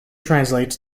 translates